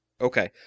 Okay